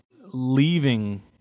leaving